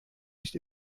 nicht